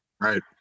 right